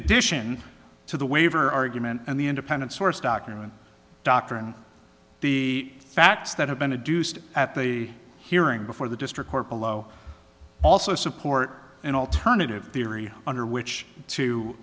addition to the waiver argument and the independent source document dr and the facts that have been a deuced at the hearing before the district court below also support an alternative theory under which to